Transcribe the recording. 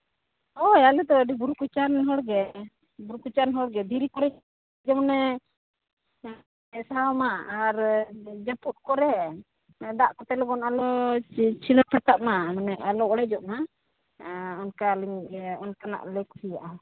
ᱦᱳᱭ ᱟᱞᱮ ᱫᱚ ᱵᱩᱨᱩ ᱠᱚᱪᱟ ᱨᱮᱱ ᱦᱚᱲ ᱜᱮ ᱵᱩᱨᱩ ᱠᱚᱪᱟ ᱨᱮᱱ ᱦᱚᱲ ᱜᱮ ᱫᱷᱤᱨᱤ ᱠᱚᱨᱮᱜ ᱡᱮᱢᱚᱱᱮ ᱥᱟᱦᱟᱣ ᱢᱟ ᱟᱨ ᱡᱟᱹᱯᱩᱫ ᱠᱚᱨᱮᱜ ᱫᱟᱜ ᱠᱚᱛᱮᱫᱞᱚᱜᱚᱱ ᱟᱞᱚᱭ ᱪᱷᱤᱲᱟᱹ ᱯᱷᱟᱴᱟᱜ ᱢᱟ ᱢᱟᱱᱮ ᱟᱞᱚ ᱚᱲᱮᱡᱚᱜᱼᱢᱟ ᱟᱨ ᱚᱱᱟᱠ ᱞᱤᱧ ᱤᱭᱟᱹ ᱚᱱᱠᱟ ᱞᱮ ᱠᱩᱥᱤᱭᱟᱜᱼᱟ